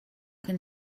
can